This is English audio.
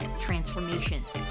transformations